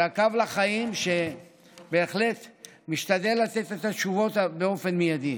קו לחיים, שבהחלט משתדל לתת תשובות באופן מיידי.